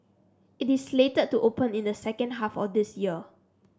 it is slated to open in the second half of this year